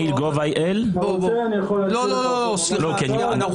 אתה יכול להגיד לי מה הכתובת?